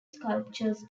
sculptures